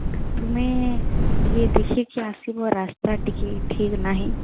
ତୁମେ ଯେ ଦେଖିକି ଆସିବ ରାସ୍ତା ଟିକେ ଠିକ୍ ନାହିଁ